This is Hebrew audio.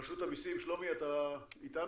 רשות המיסים, שלומי, אתה איתנו?